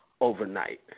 overnight